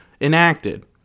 enacted